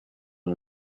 and